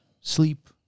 sleep